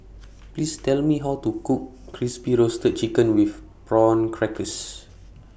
Please Tell Me How to Cook Crispy Roasted Chicken with Prawn Crackers